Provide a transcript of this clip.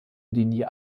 linie